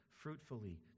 fruitfully